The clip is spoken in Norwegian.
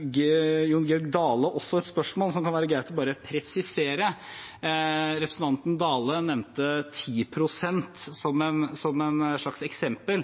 Jon Georg Dale hadde også et spørsmål det kan være greit å presisere. Dale nevnte 10 pst. som et slags eksempel.